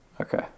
Okay